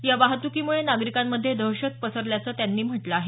या वाहतुकीमुळे नागरिकांमध्ये दहशत पसरल्याचं त्यांनी म्हटलं आहे